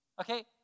Okay